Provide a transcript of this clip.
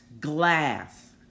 glass